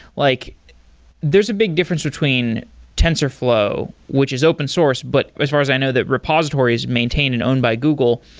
like there's a big difference between tensorflow, which is open source. but as far as i know, that repository is maintained and owned by google,